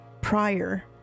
prior